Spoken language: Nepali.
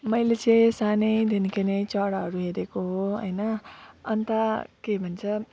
मैले चाहिँ सानैदेखिन्को नै चराहरू हेरेको हो अनि त के भन्छ